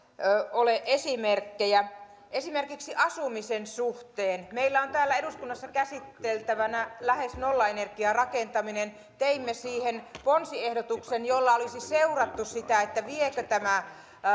ole esimerkkejä esimerkiksi asumisen suhteen meillä on täällä eduskunnassa käsiteltävänä lähes nollaenergiarakentaminen teimme siihen ponsiehdotuksen jolla olisi seurattu sitä viekö tämä